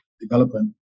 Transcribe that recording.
development